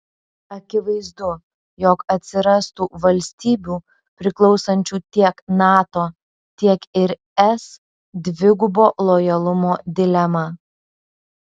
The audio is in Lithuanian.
akivaizdu jog atsirastų valstybių priklausančių tiek nato tiek ir es dvigubo lojalumo dilema